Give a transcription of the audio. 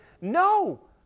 No